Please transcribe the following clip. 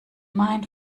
mein